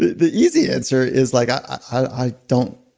the easy answer is like i don't,